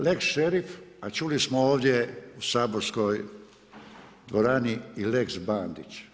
Lex šerif a čuli smo ovdje u saborskoj dvorani i lex Bandić.